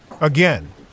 Again